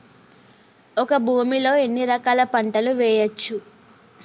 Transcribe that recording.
ఒక భూమి లో ఎన్ని రకాల పంటలు వేయచ్చు?